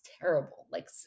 terrible—like